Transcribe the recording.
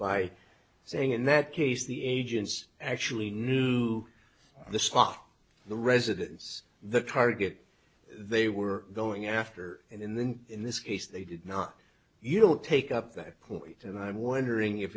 by saying in that case the agents actually knew the spot the residence the target they were going after and then in this case they did not you don't take up that point and i'm wondering if